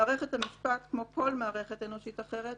מערכת המשפט כמו כל מערכת אנושית אחרת,